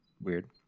weird